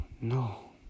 no